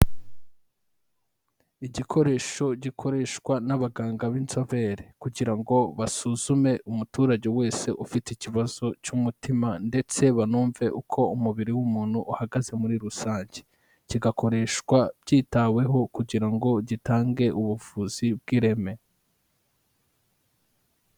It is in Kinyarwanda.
Igikoresho gikoreshwa n'abaganga b'inzobere, kugira ngo basuzume umuturage wese ufite ikibazo cy'umutima, ndetse banumve uko umubiri w'umuntu uhagaze muri rusange, kigakoreshwa byitaweho kugira ngo gitange ubuvuzi bw'ireme.